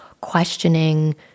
questioning